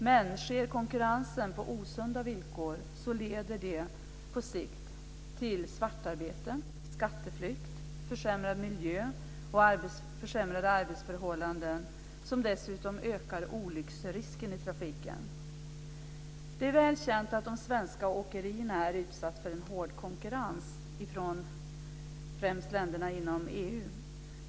Men om konkurrensen sker på osunda villkor leder det på sikt till svartarbete, skatteflykt, försämrad miljö och försämrade arbetsförhållanden som dessutom ökar olycksrisken i trafiken. Det är väl känt att de svenska åkerierna är utsatta för en hård konkurrens från främst länderna inom EU.